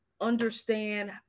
understand